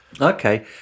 Okay